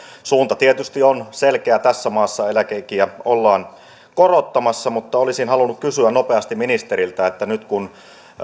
suunta tietysti on selkeä tässä maassa eläkeikiä ollaan korottamassa mutta olisin halunnut kysyä nopeasti ministeriltä nyt kun